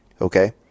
okay